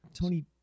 Tony